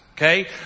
Okay